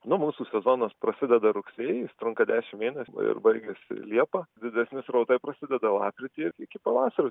nu mūsų sezonas prasideda rugsėjį jis trunka dešimt mėnesių nu ir baigiasi liepą didesni srautai prasideda lapkritį ir iki pavasario